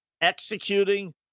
Executing